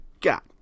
got